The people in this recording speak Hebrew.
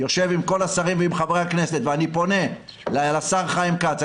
יושב עם כל השרים ועם חברי הכנסת ואני פונה לשר חיים כץ,